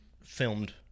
filmed